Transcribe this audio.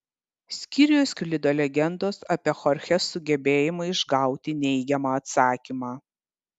skyriuje sklido legendos apie chorchės sugebėjimą išgauti neigiamą atsakymą